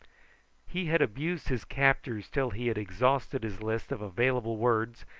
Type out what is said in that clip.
he had abused his captors till he had exhausted his list of available words,